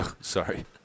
Sorry